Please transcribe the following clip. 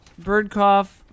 Birdcough